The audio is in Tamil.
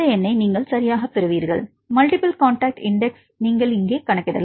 இந்த எண்ணை நீங்கள் சரியாகப் பெறுவீர்கள் மல்டிபிள் காண்டாக்ட் இண்டெக்ஸ் நீங்கள் இங்கே கணக்கிடலாம்